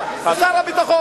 אדוני היושב ראש,